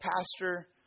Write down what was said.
pastor